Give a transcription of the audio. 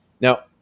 Now